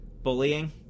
bullying